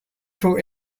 throw